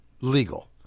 legal